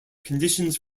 conditions